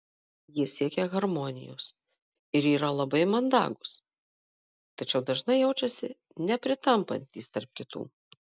jie siekia harmonijos ir yra labai mandagūs tačiau dažnai jaučiasi nepritampantys tarp kitų